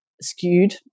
skewed